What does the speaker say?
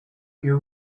you